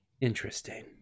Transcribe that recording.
Interesting